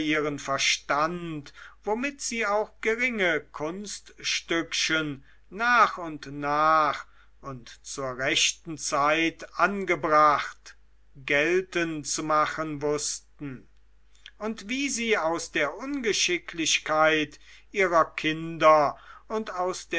ihren verstand womit sie auch geringe kunststückchen nach und nach und zur rechten zeit angebracht gelten zu machen wußten und wie sie aus der ungeschicklichkeit ihrer kinder und aus